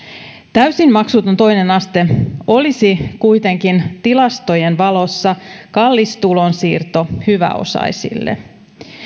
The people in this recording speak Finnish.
täysin maksuton toinen aste olisi kuitenkin tilastojen valossa kallis tulonsiirto hyväosaisille